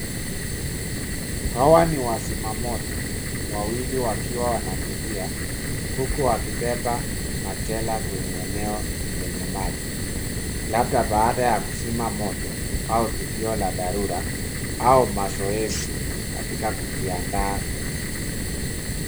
Hawa ni wazima moto wawili wakiwa wanakimbia huku wakibeba machela kwenye eneo lenye maji, labda baada ya kuzima moto au tukio la dharura au mazoezi katika kujiandaa.